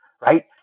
right